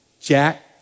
Jack